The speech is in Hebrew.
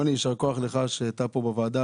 יוני, יישר כוח לך שאתה פה בוועדה.